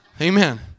Amen